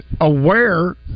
aware